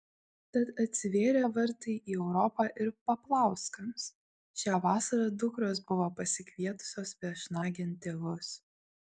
tad atsivėrė vartai į europą ir paplauskams šią vasarą dukros buvo pasikvietusios viešnagėn tėvus